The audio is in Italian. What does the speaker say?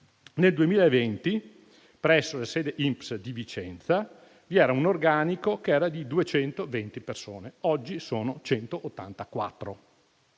Nel 2020, presso la sede INPS di Vicenza, vi era un organico di 220 persone: oggi sono 184.